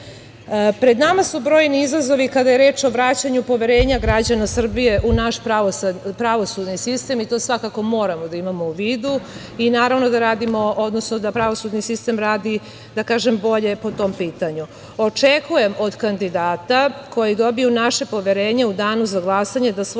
nama su brojni izazovi kada je reč o vraćanju poverenja građana Srbije u naš pravosudni sistem i to svakako moramo da imamo u vidu i naravno da pravosudni sistem radi bolje po tom pitanju. Očekujem od kandidata koji dobiju naše poverenje u danu za glasanje da svoj